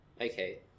Okay